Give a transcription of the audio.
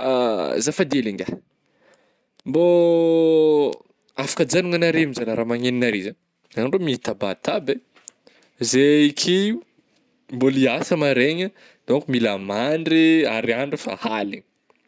Zafady hely ngiahy, mbô afaka ajagnona nare ma zalahy raha magneno nare zah, nare ma reh mitabataba eh, zey ikio mbola hiasa maraigna daonko mila mandry ary andro efa haligna,